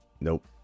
Nope